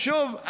ושוב,